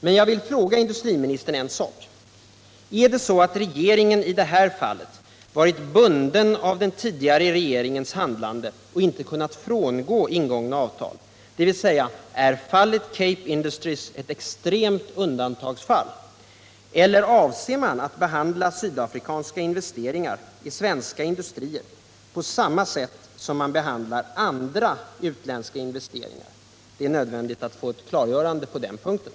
Men jag vill fråga industriministern en sak: Är det så att regeringen i det här fallet varit bunden av den tidigare regeringens handlande och inte kunnat frångå ingångna avtal — dvs. är fallet Cape Industries ett extremt undantagsfall? Eller avser regeringen att behandla sydafrikanska investeringar i svenska industrier på samma sätt som den behandlar andra utländska investeringar? Det är nödvändigt att få ett klargörande på den punkten.